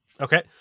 Okay